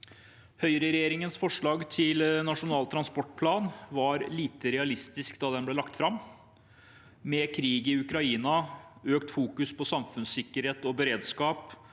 Høyreregjeringens forslag til nasjonal transportplan var lite realistisk da det ble lagt fram. Med krig i Ukraina, økt fokusering på samfunnssikkerhet og beredskap